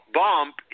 bump